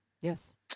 yes